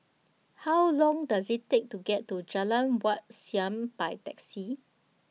How Long Does IT Take to get to Jalan Wat Siam By Taxi